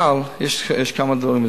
אבל יש כמה דברים,